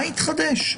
מה התחדש?